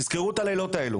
תזכרו את הלילות האלה